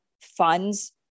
funds